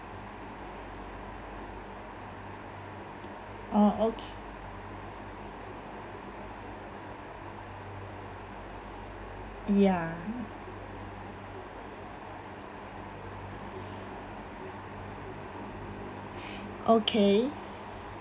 oh okay ya okay